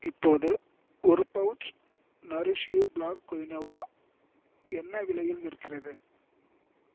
இப்போது ஒரு pouch nourish you black quinoa என்ன விலையில் விற்கிறது